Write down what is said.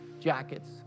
jackets